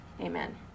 amen